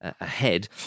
ahead